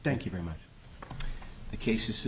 thank you very much the case